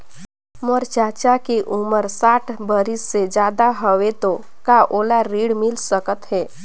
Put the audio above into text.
मोर चाचा के उमर साठ बरिस से ज्यादा हवे तो का ओला ऋण मिल सकत हे?